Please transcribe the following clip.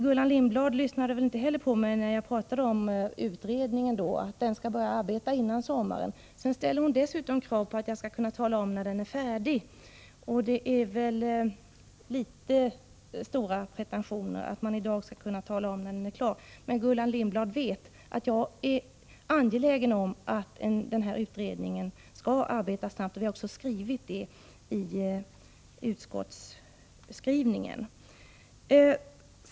Gullan Lindblad lyssnade väl inte heller på mig när jag talade om att utredningen skall börja arbeta före sommaren. Hon ställer dessutom krav på att jag skall tala om när den blir färdig. Det är väl att ha litet väl stora pretentioner att begära att man i dag skall kunna tala om när den är klar. Gullan Lindblad vet att jag är angelägen om att utredningen skall arbeta snabbt — vi har också angett det i utskottsskrivningen.